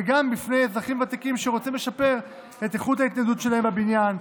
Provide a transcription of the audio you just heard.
וגם בפני אזרחים ותיקים שרוצים לשפר את איכות ההתניידות שלהם בבניין,